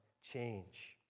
change